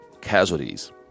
casualties